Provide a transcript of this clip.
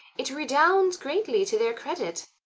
it redounds greatly to their credit.